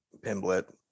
Pimblet